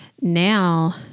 Now